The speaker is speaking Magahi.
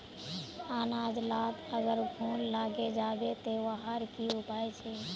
अनाज लात अगर घुन लागे जाबे ते वहार की उपाय छे?